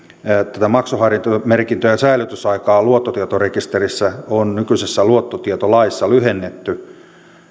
tätä maksuhäiriömerkintöjen säilytysaikaa luottotietorekisterissä on nykyisessä luottotietolaissa lyhennetty